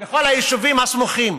בכל היישובים הסמוכים,